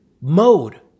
mode